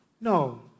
No